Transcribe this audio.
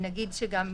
צריך להגיד ש"זכות"